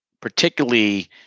particularly